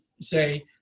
say